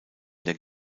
der